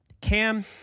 cam